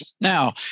Now